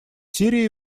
сирии